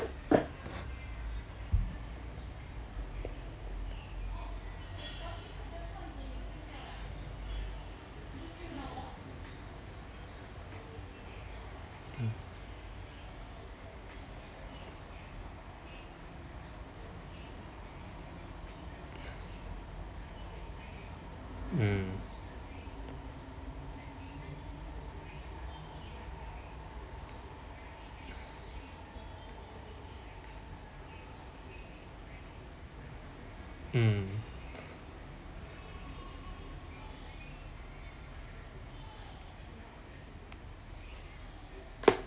mm um